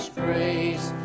grace